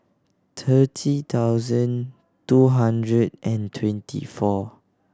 thirty thousand two hundred and twenty four